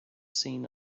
seen